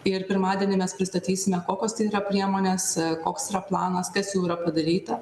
ir pirmadienį mes pristatysime kokios tai yra priemonės koks yra planas kas jau yra padaryta